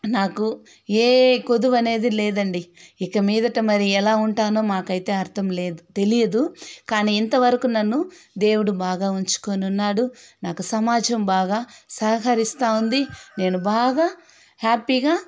నాకు ఏ కోదువనేది లేదండి ఇకమీదట మరి ఎలా ఉంటానో నాకైతే అర్థం లేదు తెలీదు కానీ ఇంతవరకు నన్ను దేవుడు బాగా ఉంచుకొని ఉన్నాడు నాకు సమాజం కూడా బాగా సహకరిస్తూ ఉంది నేను బాగా హ్యాపీగా